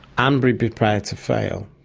um be prepared to fail,